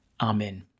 Amen